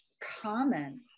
common